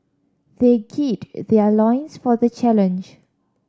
they gird their loins for the challenge